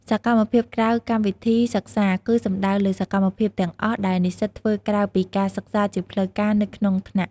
សកម្មភាពក្រៅកម្មវិធីសិក្សា គឺសំដៅលើសកម្មភាពទាំងអស់ដែលនិស្សិតធ្វើក្រៅពីការសិក្សាជាផ្លូវការនៅក្នុងថ្នាក់។